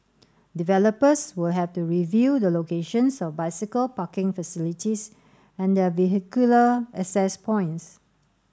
developers will have to review the locations of bicycle parking facilities and their vehicular access points